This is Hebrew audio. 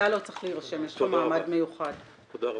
תודה רבה.